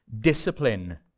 discipline